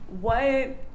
what-